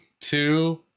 two